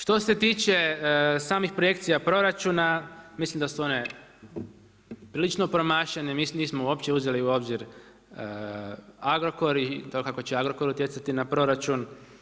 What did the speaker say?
Što se tiče samih projekcija proračuna, mislim da su one prilično promašene i nismo uopće uzeli u obzir Agrokor i to kako će Agrokor utjecati na proračun.